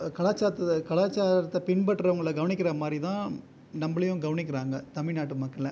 கலாச்சாரத்தை கலாச்சாரத்தை பின்பற்றவங்களை கவனிக்கிற மாதிரி தான் நம்மளையும் கவனிக்கிறாங்க தமிழ்நாட்டு மக்களை